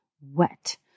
wet